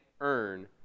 earn